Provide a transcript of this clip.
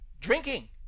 drinking